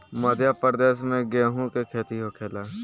मध्यप्रदेश में गेहू के खेती होखेला